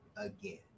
again